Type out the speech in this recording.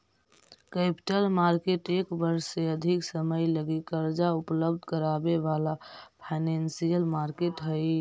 capital market एक वर्ष से अधिक समय लगी कर्जा उपलब्ध करावे वाला फाइनेंशियल मार्केट हई